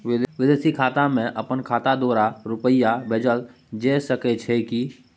विदेशी खाता में अपन खाता द्वारा रुपिया भेजल जे सके छै की?